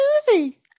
Susie